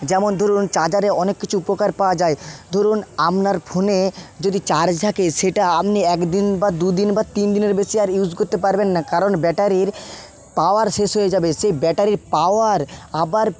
যেমন ধরুন চার্জারে অনেক কিছু উপকার পাওয়া যায় ধরুন আপনার ফোনে যদি চার্জ থাকে সেটা আপনি একদিন বা দুদিন বা তিনদিনের বেশি আর ইউজ করতে পারবেন না কারণ ব্যাটারির পাওয়ার শেষ হয়ে যাবে সেই ব্যাটারির পাওয়ার আবার